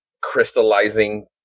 crystallizing